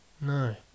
No